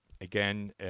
Again